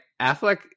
Affleck